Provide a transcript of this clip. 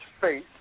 faith